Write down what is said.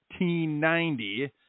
1990